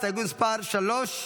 הסתייגות מס' 3,